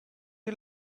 you